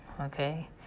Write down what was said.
Okay